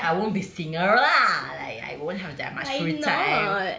but then I won't be singer lah like I won't have that much free time